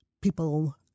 people